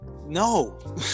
no